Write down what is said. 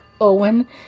Owen